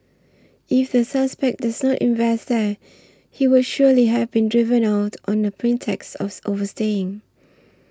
if the suspect does not invest there he would surely have been driven out on the pretext of overstaying